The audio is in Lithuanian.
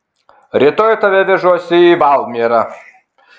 rytoj tave vežuosi į valmierą